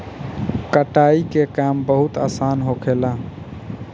कटाई के काम बहुत आसान होखेला